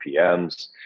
PMs